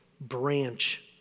branch